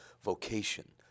vocation